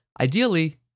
Ideally